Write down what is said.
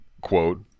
quote